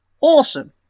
Awesome